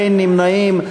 אין נמנעים.